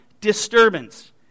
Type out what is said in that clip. disturbance